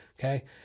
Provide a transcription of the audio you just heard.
Okay